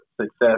success